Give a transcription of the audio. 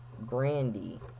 Brandy